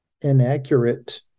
inaccurate